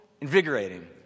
invigorating